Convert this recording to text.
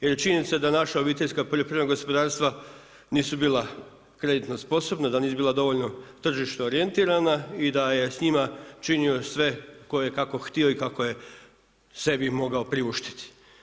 Jer činjenica je da naša obiteljska poljoprivredna gospodarstva nisu bila kreditno sposobna, nisu bila dovoljno tržišno orijentirana i da je s njima činio sve tko je kako htio i kako je sebi mogao priuštiti.